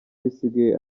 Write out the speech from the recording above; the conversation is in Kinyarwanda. bisigaye